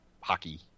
hockey